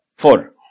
Four